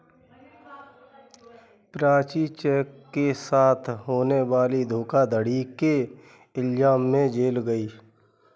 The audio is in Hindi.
प्राची चेक के साथ होने वाली धोखाधड़ी के इल्जाम में जेल गई